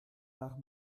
nach